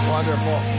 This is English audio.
Wonderful